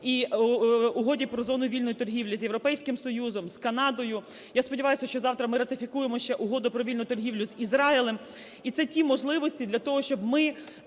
і Угоді про зону вільної торгівлі з Європейським Союзом, з Канадою. Я сподіваюся, що завтра ми ратифікуємо ще Угоду про вільну торгівлю з Ізраїлем. І це ті можливості для того, щоб ми